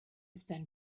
spend